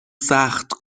سخت